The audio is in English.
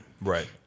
Right